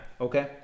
okay